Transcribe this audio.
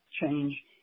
change